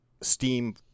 Steam